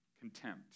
contempt